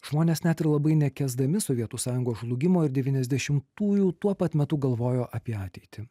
žmonės net ir labai nekęsdami sovietų sąjungos žlugimo ir devyniasdešimtųjų tuo pat metu galvojo apie ateitį